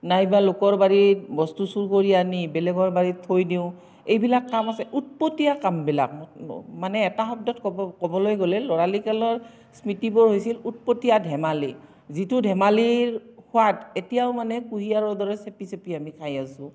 নাইবা লোকৰ বাৰীত বস্তু চুৰ কৰি আনি বেলেগৰ বাৰীত থৈ দিওঁ এইবিলাক কাম আছে উৎপতীয়া কামবিলাক মানে এটা শব্দত ক'ব ক'বলৈ গ'লে ল'ৰালিকালৰ স্মৃতিবোৰ হৈছিল উৎপতীয়া ধেমালি যিটো ধেমালিৰ সোৱাদ এতিয়াও মানে কুঁহিয়াৰৰ দৰে চেপি চেপি আমি খাই আছো